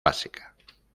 básica